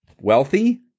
wealthy